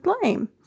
blame